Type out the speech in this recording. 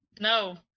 No